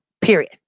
Period